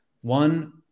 one